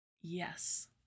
Yes